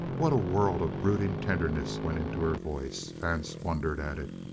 what a world of brooding tenderness went into her voice! vance wondered at it.